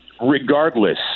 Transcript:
regardless